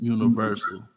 Universal